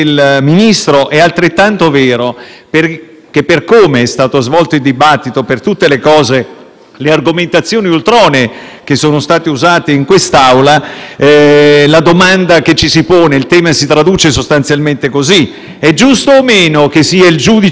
le argomentazioni ultronee che sono state usate in quest'Aula, il tema si traduce sostanzialmente come segue: è giusto o meno che sia il giudice naturale a determinare l'innocenza o la colpevolezza, in questo caso, dell'inquisito?